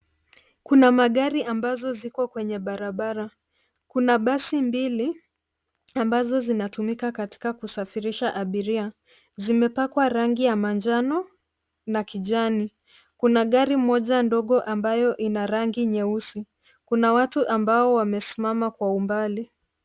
Kuna magari ambazo ziko kwenye barabara kuna basi mbili ambazo zinatumika katika kusafirisha abiria. Zimepakwa rangi ya manjano na kijani kuna gari moja ndogo ambayo ina rangi nyeusi kuna watu ambao wamesimama kwa umbali.